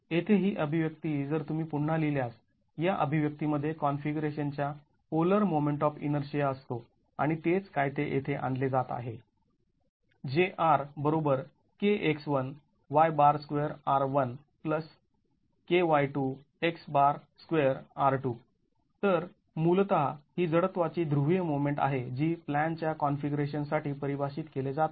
येथे ही अभिव्यक्ती जर तुम्ही पून्हा लिहिल्यास या अभिव्यक्ती मध्ये कॉन्फिगरेशन च्या पोलर मोमेंट ऑफ इनर्शिया असतो आणि तेच काय ते येथे आणले जात आहे तर मूलतः ही जडत्वाची ध्रुवीय मोमेंट आहे जी प्लॅन च्या कॉन्फिगरेशन साठी परिभाषित केले जात आहे